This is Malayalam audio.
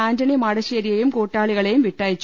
ആൻണി മാടശ്ശേരിയെയും കൂട്ടാളികളെയും വിട്ടയച്ചു